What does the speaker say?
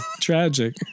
tragic